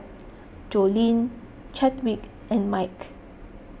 Joleen Chadwick and Mike